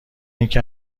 اینکه